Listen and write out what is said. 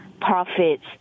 profits